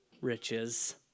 riches